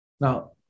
Now